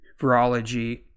Virology